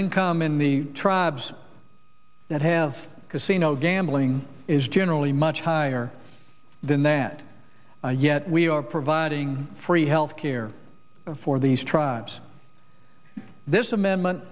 income in the tribes that have casino gambling is generally much higher than that and yet we are providing free health care for these tribes this amendment